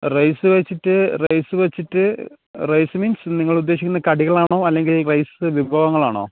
rice വെച്ചിട്ട് rice വെച്ചിട്ട് rice means നിങ്ങളുദ്ദേശിക്കുന്നത് കടികളാണോ അല്ലെങ്കിൽ റൈസ് വിഭവങ്ങളാണോ